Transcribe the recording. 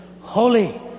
Holy